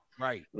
Right